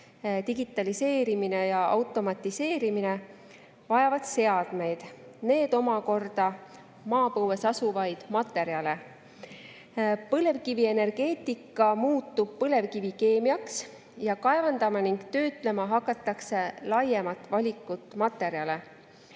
digitaliseerimine ja automatiseerimine vajavad seadmeid, need omakorda maapõues asuvaid materjale. Põlevkivienergeetika muutub põlevkivikeemiaks ning kaevandama ja töötlema hakatakse laiemat valikut materjale.